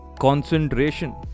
concentration